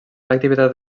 activitat